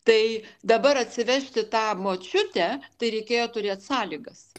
tai dabar atsivežti tą močiutę tai reikėjo turėt sąlygas